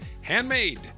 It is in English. Handmade